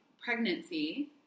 pregnancy